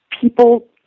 people